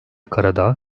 karadağ